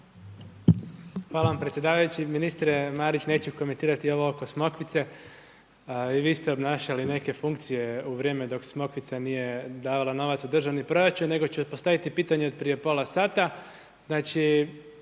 Hvala vam predsjedavajući, ministre Marić, neću komentirati ovo oko Smokvice i vi ste obnašali neke funkcije u vrijeme dok Smokvica nije davala novac u državni proračun, nego ću postaviti pitanje od prije pola sata.